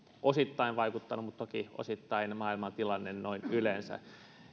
osittain vaikuttaneet mutta toki osittain maailmantilanne noin yleensä